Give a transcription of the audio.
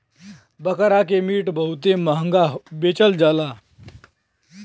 बकरा के मीट बहुते महंगा बेचल जाला